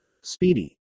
speedy